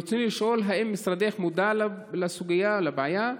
ברצוני לשאול: 1. האם משרדך מודע לסוגיה ולבעיה?